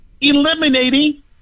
eliminating